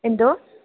എന്തോ